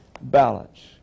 Balance